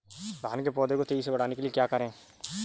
धान के पौधे को तेजी से बढ़ाने के लिए क्या करें?